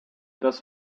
das